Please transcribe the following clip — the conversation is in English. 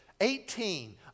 Eighteen